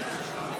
שעה),